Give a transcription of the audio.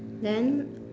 then